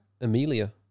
Amelia